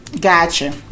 Gotcha